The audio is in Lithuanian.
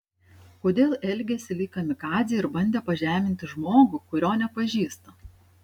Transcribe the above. kodėl elgėsi lyg kamikadzė ir bandė pažeminti žmogų kurio nepažįsta